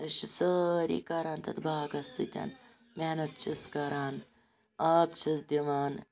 أسۍ چھِ سٲری کَران تَتھ باغَس سۭتۍ محنَت چھِس کَران آب چھِس دِوان